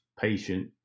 patient